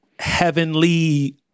heavenly